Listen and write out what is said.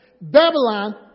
Babylon